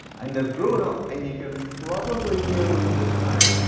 and they've grown up and you can probably hear them just now,